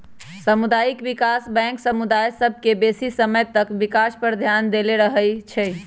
सामुदायिक विकास बैंक समुदाय सभ के बेशी समय तक विकास पर ध्यान देले रहइ छइ